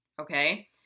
Okay